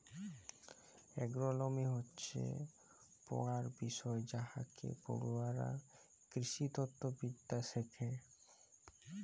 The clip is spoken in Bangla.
এগ্রলমি হচ্যে পড়ার বিষয় যাইতে পড়ুয়ারা কৃষিতত্ত্ব বিদ্যা শ্যাখে